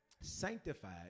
sanctified